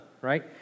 right